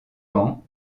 ans